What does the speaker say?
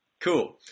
Cool